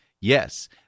Yes